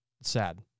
sad